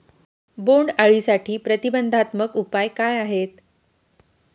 बोंडअळीसाठी प्रतिबंधात्मक उपाय काय आहेत?